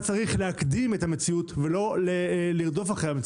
צריך להקדים את המציאות ולא לרדוף אחריה.